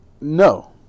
No